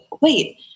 wait